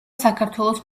საქართველოს